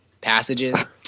passages